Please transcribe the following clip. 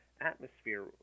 atmosphere